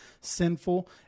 sinful